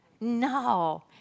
No